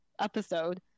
episode